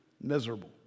miserable